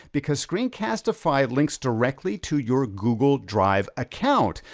because screencastify links directly to your google drive account.